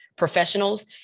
professionals